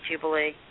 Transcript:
Jubilee